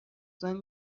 زنگ